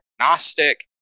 agnostic